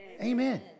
Amen